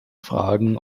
fragen